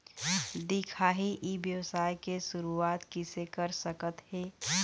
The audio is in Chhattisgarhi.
दिखाही ई व्यवसाय के शुरुआत किसे कर सकत हे?